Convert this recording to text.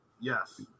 Yes